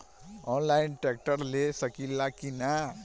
Online tractor ले सकीला कि न?